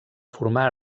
formar